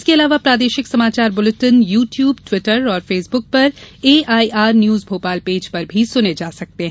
इसके अलावा प्रादेशिक समाचार बुलेटिन यू ट्यूब ट्विटर और फेसबुक पर एआईआर न्यूज भोपाल पेज पर सुने जा सकते हैं